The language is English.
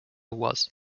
was